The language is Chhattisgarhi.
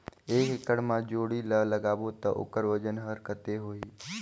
एक एकड़ मा जोणी ला लगाबो ता ओकर वजन हर कते होही?